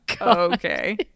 okay